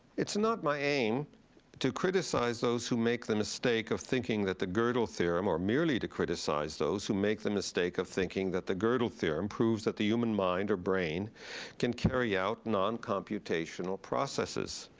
it's not my aim to criticize those who make the mistake of thinking that the godel theorem, or merely to criticize those who make the mistake of thinking that the godel theorem proves that the human mind or brain can carry out non-computational processes,